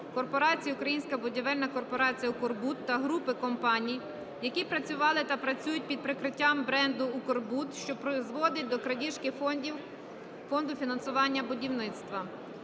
"Українська будівельна корпорація "УКРБУД" та групи компаній, які працювали та працюють під прикриттям бренду "УКРБУД", що призводить до крадіжки коштів Фонду фінансування будівництва.